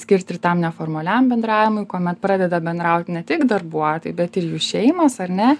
skirt ir tam neformaliam bendravimui kuomet pradeda bendraut ne tik darbuotojai bet ir jų šeimos ar ne